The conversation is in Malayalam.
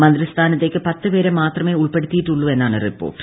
മന്ത്രി സ്ഥാനത്തേയ്ക്ക് പത്തുപേരെ മാത്രമേ ഉൾപ്പെടുത്തിയിട്ടുള്ളു എന്നാണ് റിപ്പോർട്ട്